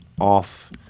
off